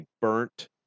burnt